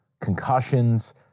concussions